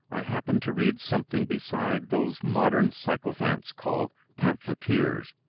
i happened to read something besides those modern sycophants called pamphleteers,